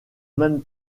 même